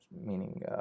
meaning